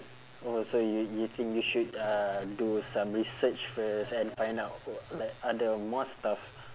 oh so you you think you should uh do some research first and find out oh like other more stuff